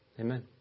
Amen